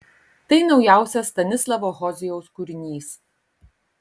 tai naujausias stanislavo hozijaus kūrinys